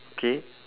K